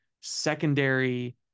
secondary